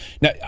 now